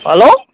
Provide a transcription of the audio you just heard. hello